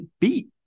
beat